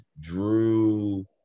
Drew –